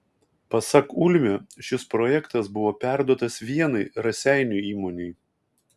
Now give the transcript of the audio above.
pasak ulmio šis projektas buvo perduotas vienai raseinių įmonei